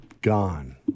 Gone